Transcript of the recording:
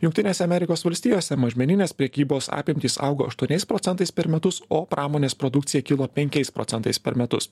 jungtinėse amerikos valstijose mažmeninės prekybos apimtys augo aštuoniais procentais per metus o pramonės produkcija kilo penkiais procentais per metus